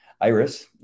Iris